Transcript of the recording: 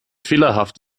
fehlerhaft